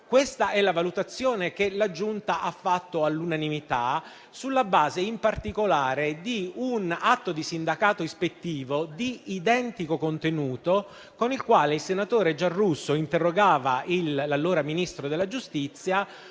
Questa è la valutazione che la Giunta ha fatto all'unanimità, sulla base in particolare di un atto di sindacato ispettivo di identico contenuto, con il quale il senatore Giarrusso interrogava l'allora ministro della giustizia,